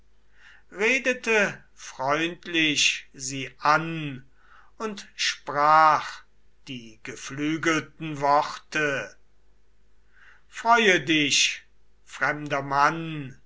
redete freundlich sie an und sprach die geflügelten worte freue dich fremder mann